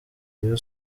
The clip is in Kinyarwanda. rayon